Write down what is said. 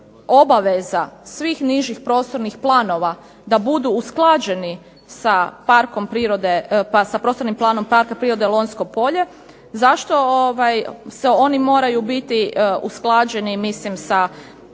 obaveza svih nižih prostornih planova da budu usklađeni sa parkom prirode, sa prostornim planom parka prirode Lonjsko polje, zašto oni moraju biti usklađeni sa